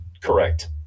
correct